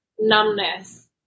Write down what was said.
numbness